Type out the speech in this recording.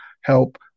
help